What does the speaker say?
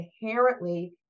inherently